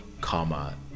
karma